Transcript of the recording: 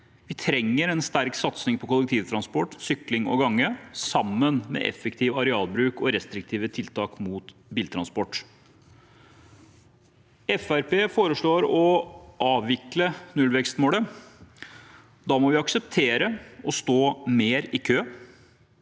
Vi trenger en sterk satsing på kollektivtransport, sykling og gange sammen med effektiv arealbruk og restriktive tiltak mot biltransport. Fremskrittspartiet foreslår å avvikle nullvekstmålet. Da må vi akseptere å stå mer i kø,